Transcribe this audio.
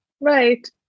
Right